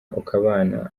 ukubana